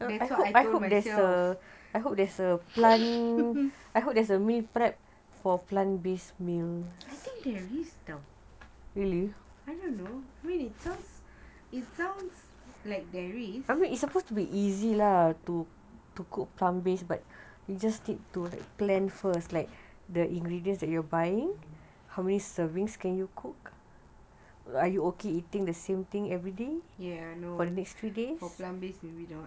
that's what I told myself I think there is I don't it sounds it sounds like there is yes I know for plant based you eat the what